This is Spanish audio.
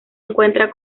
encuentra